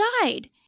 died